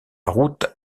route